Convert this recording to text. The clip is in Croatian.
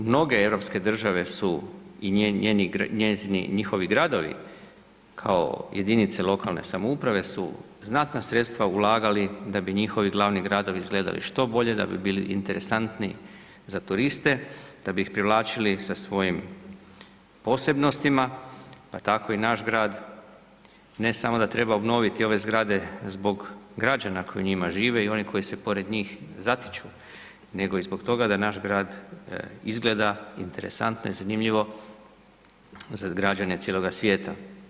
Mnoge europske države su, i njeni, njezini, njihovi gradovi kao jedinice lokalne samouprave su znatna sredstva ulagali da bi njihovi glavni gradovi izgledali što bolje, da bi bili interesantniji za turiste, da bi ih privlačili sa svojim posebnostima, pa tako i naš grad, ne samo da treba obnoviti ove zgrade zbog građana koji u njima žive i onih koji se pored njih zatiču, nego i zbog toga da naš grad izgleda interesantno i zanimljivo za građane cijeloga svijeta.